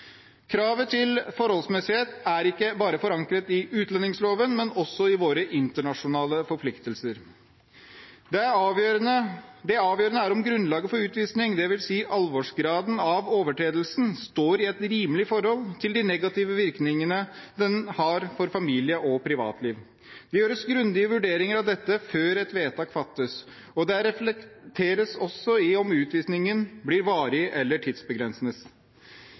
Kravet til forholdsmessighet er ikke bare forankret i utlendingsloven, men også i våre internasjonale forpliktelser. Det avgjørende er om grunnlaget for utvisning, dvs. alvorsgraden av overtredelsen, står i et rimelig forhold til de negative virkningene det har for familie og privatliv. Det gjøres grundige vurderinger av dette før et vedtak fattes, og det reflekteres også i om utvisningen blir varig eller